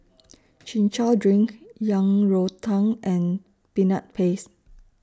Chin Chow Drink Yang Rou Tang and Peanut Paste